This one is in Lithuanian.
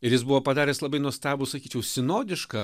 ir jis buvo padaręs labai nuostabų sakyčiau sinodišką